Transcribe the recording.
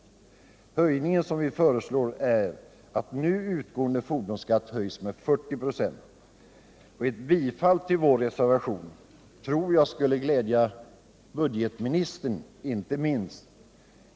Den höjning vi föreslår är att nu utgående fordonsskatt höjs med 40 96. Ett bifall till vår reservation tror jag skulle glädja budgetministern inte minst.